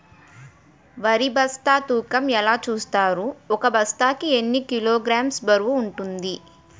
వరి బస్తా తూకం ఎలా చూస్తారు? ఒక బస్తా కి ఎన్ని కిలోగ్రామ్స్ బరువు వుంటుంది?